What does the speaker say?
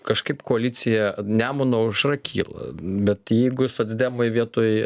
kažkaip koalicija nemuno aušra kyla bet jeigu socdemai vietoj